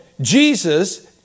Jesus